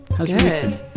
Good